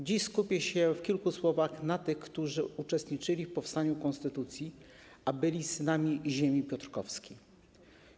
Dziś skupię się w kilku słowach na tych, którzy uczestniczyli w powstaniu konstytucji, a byli synami ziemi piotrkowskiej.